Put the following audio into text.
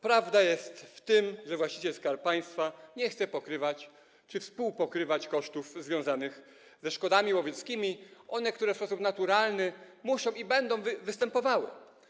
Prawda jest w tym, że właściciel, Skarb Państwa, nie chce pokrywać czy współpokrywać kosztów związanych ze szkodami łowieckimi, które w sposób naturalny muszą występować i będą występowały.